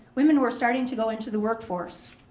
women were starting to go into the work force.